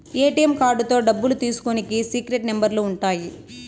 ATM కార్డుతో డబ్బులు తీసుకునికి సీక్రెట్ నెంబర్లు ఉంటాయి